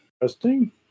Interesting